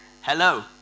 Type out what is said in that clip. hello